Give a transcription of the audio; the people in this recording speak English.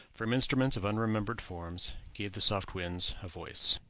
from instruments of unremembered forms, gave the soft winds a voice.